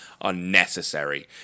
unnecessary